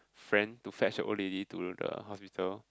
friend to fetch the old lady to the hospital